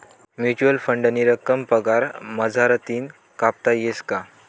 Mutual फंडनी रक्कम पगार मझारतीन कापता येस का?